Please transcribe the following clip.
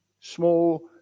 small